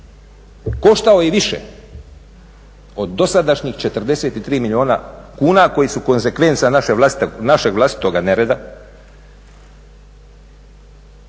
koštao i više od dosadašnjih 43 milijuna kuna koji su konzekvenca našeg vlastitoga nereda